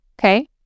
Okay